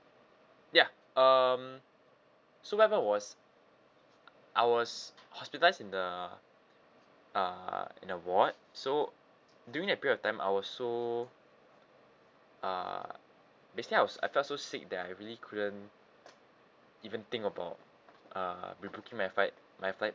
ya um so what happened was I was hospitalised in the uh in the ward so during that period of time I was so uh basically I was I felt so sick that I really couldn't even think about uh rebooking my flight my flight